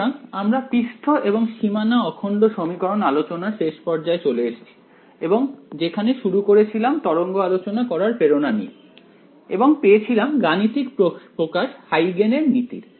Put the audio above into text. সুতরাং আমরা পৃষ্ঠ এবং সীমানা অখণ্ড সমীকরণ আলোচনার শেষ পর্যায়ে চলে এসেছি এবং যেখানে শুরু করে ছিলাম তরঙ্গ আলোচনা করার প্রেরণা নিয়ে এবং পেয়েছিলাম গাণিতিক প্রকাশ হাইগেন এর নীতির